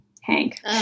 Hank